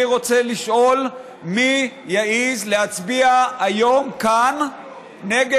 אני רוצה לשאול מי יעז להצביע היום כאן נגד